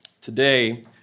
today